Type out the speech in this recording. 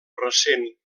recent